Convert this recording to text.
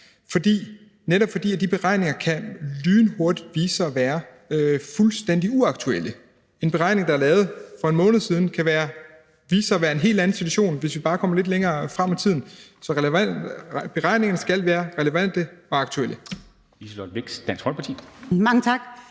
netop fordi de beregninger lynhurtigt kan vise sig at være fuldstændig uaktuelle. En beregning, der er lavet for én situation for 1 måned siden, kan vise sig at skulle være for en helt anden situation, hvis vi bare kommer lidt længere frem i tiden. Så beregningerne skal være relevante og aktuelle. Kl.